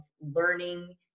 learning